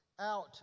out